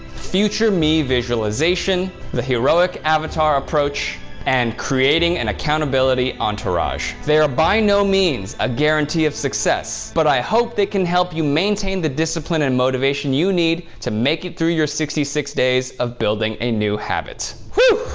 future me visualization, the heroic heroic avatar approach, and creating an and accountability entourage. they are by no means a guarantee of success, but i hope they can help you maintain the discipline and motivation you need to make it through your sixty six days of building a new habit. whew,